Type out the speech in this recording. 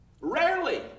rarely